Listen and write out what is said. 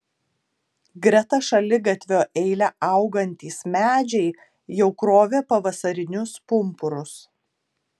greta šaligatvio eile augantys medžiai jau krovė pavasarinius pumpurus